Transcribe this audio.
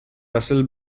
russell